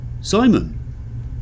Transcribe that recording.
Simon